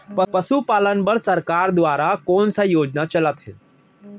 पशुपालन बर सरकार दुवारा कोन स योजना चलत हे?